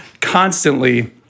constantly